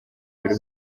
buri